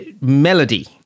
melody